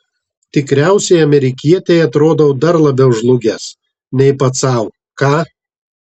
tikriausiai amerikietei atrodau dar labiau žlugęs nei pats sau ką